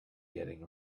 getting